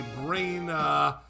brain